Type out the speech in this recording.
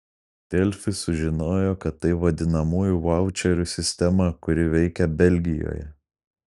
delfi sužinojo kad tai vadinamųjų vaučerių sistema kuri veikia belgijoje